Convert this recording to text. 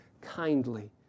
kindly